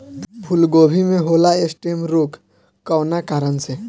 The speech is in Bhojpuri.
फूलगोभी में होला स्टेम रोग कौना कारण से?